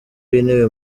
w’intebe